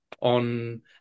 on